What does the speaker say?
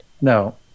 No